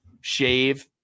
shave